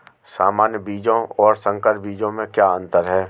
सामान्य बीजों और संकर बीजों में क्या अंतर है?